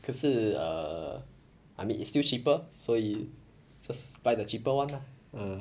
可是 err I mean it's still cheaper 所以 just buy the cheaper one lah uh